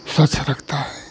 स्वच्छ रखता है